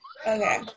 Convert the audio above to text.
Okay